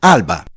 Alba